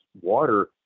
water